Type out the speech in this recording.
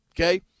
okay